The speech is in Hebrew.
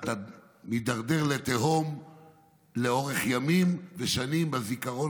אתה מידרדר לתהום לאורך ימים ושנים בזיכרון